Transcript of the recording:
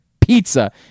pizza